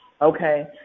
Okay